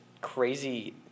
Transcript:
crazy